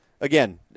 again